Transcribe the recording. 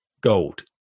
gold